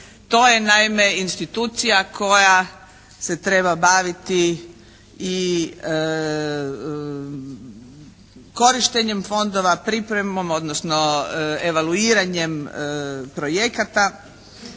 To je naime institucija koja se treba baviti i korištenjem fondova, pripremom, odnosno evaluiranjem projekata.